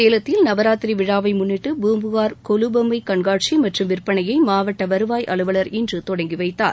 சேலத்தில் நவராத்திரி விழாவை முன்னிட்டு பூம்புகார் கொலுபொம்மை கண்காட்சி மற்றும் விற்பனையை மாவட்ட வருவாய் அலுவலர் இன்று தொடங்கி வைத்தார்